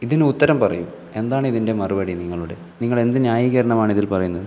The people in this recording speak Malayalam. ഇതിനുത്തരം പറയൂ എന്താണ് ഇതിൻ്റെ മറുപടി നിങ്ങളുടെ നിങ്ങളെന്ത് ന്യായീകരണമാണ് ഇതിൽ പറയുന്നത്